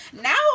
now